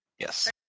Yes